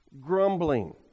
grumbling